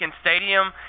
stadium